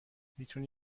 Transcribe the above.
میتونی